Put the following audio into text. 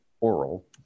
oral